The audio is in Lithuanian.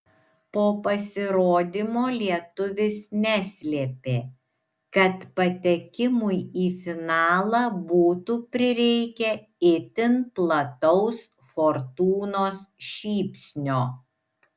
po pasirodymo lietuvis neslėpė kad patekimui į finalą būtų prireikę itin plataus fortūnos šypsnio